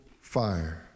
fire